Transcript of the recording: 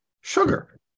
sugar